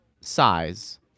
size